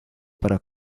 para